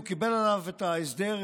הוא קיבל עליו את ההסדר,